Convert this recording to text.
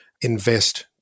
invest